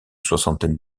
soixantaine